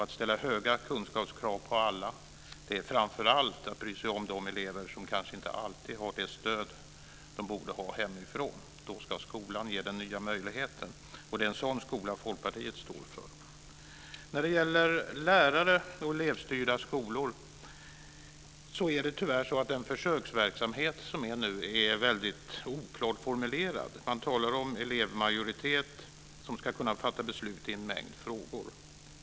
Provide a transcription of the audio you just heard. Att ställa höga kunskapskrav på alla är framför allt att bry sig om de elever som kanske inte alltid har det stöd hemifrån som de borde ha. Då ska skolan ge dem den nya möjligheten. Det är en sådan skola Folkpartiet står för. När det gäller lärare och elevstyrda skolor är tyvärr den försöksverksamhet som nu pågår väldigt oklart formulerad. Man talar om elevmajoritet som ska kunna fatta beslut i en mängd frågor.